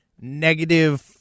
Negative